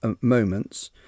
moments